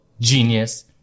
genius